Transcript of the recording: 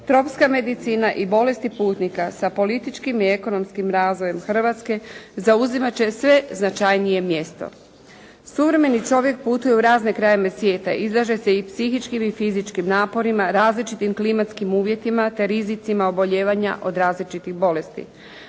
Tropska medicina i bolesti putnika sa političkim i ekonomskim razvojem Hrvatske zauzimati će sve značajnije mjesto. Suvremeni čovjek putuje u razne krajeve svijeta, izlaže se i psihičkim i fizičkim naporima, različitim klimatskim uvjetima te rizicima oboljevanja od različitih bolesti.